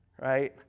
right